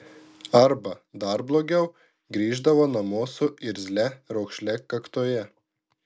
arba dar blogiau grįždavo namo su irzlia raukšle kaktoje